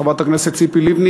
חברת הכנסת ציפי לבני,